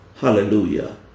Hallelujah